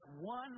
one